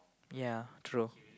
ya true